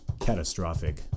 catastrophic